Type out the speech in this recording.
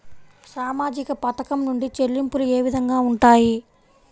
సామాజిక పథకం నుండి చెల్లింపులు ఏ విధంగా ఉంటాయి?